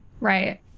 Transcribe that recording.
Right